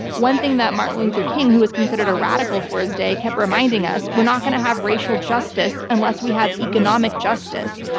one thing that martin luther king, who was considered a radical his day, kept reminding us, we're not going to have racial justice unless we have economic justice.